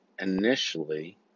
initially